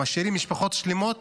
משאירים משפחות שלמות